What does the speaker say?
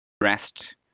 Dressed